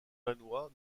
danois